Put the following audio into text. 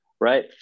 right